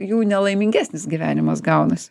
jų nelaimingesnis gyvenimas gaunasi